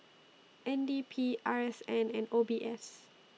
N D P R S N and O B S